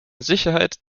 sicherheit